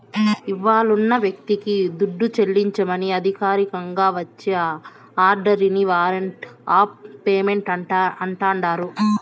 ఇవ్వాలున్న వ్యక్తికి దుడ్డు చెల్లించమని అధికారికంగా వచ్చే ఆర్డరిని వారంట్ ఆఫ్ పేమెంటు అంటాండారు